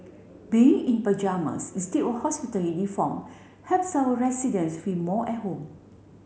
being in pyjamas instead of hospital uniform helps our residents feel more at home